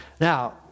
Now